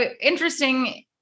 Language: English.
interesting